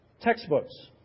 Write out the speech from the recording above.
Textbooks